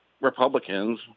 Republicans